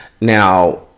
now